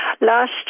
Last